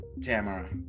Tamara